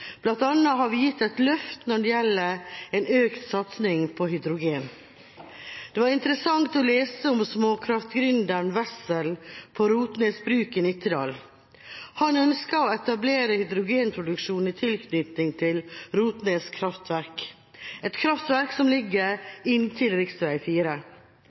har vi gitt et løft når det gjelder en økt satsning på hydrogen. Det var interessant å lese om småkraftgründeren Wessel på Rotnes Bruk i Nittedal. Han ønsker å etablere hydrogenproduksjon i tilknytning til Rotnes kraftverk, et kraftverk som ligger inntil rv. 4. Dette nybrottsarbeidet kan åpne muligheter for småkraftprodusenter til